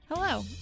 Hello